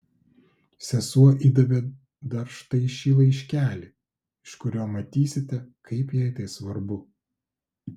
sesuo įdavė dar štai šį laiškelį iš kurio matysite kaip jai tai svarbu